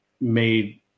made